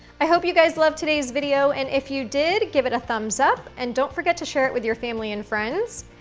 i hope you guys loved today's video and if you did, give it a thumbs up and don't forget to share it with your family and friends.